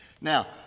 Now